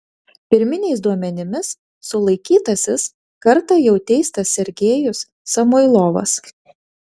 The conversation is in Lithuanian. pirminiais duomenimis sulaikytasis kartą jau teistas sergejus samoilovas